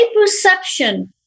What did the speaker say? perception